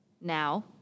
now